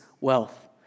wealth